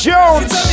Jones